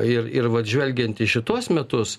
ir ir vat žvelgiant į šituos metus